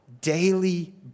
daily